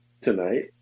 tonight